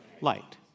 Light